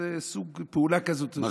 זה סוג פעולה כזאת,